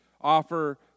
offer